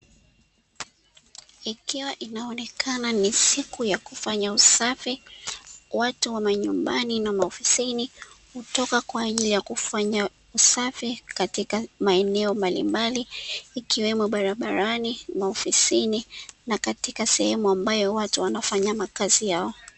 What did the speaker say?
Ikiwa inaonekana ni siku ya kufanya usafi, watu wa manyumbani na maofisini hutoka kwa ajili ya kufanya usafi katika maeneo mbalimbali ikiwemo barabarani, maofisini na katika sehemu ambayo watu wanafanya makazi yao.